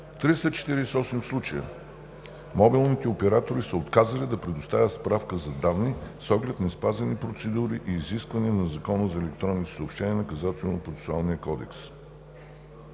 251 случаи мобилните оператори са отказали да предоставят справки за данни с оглед неспазени процедури и изисквания на Закона за електронните съобщения и Наказателно-процесуалния кодекс.